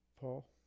Paul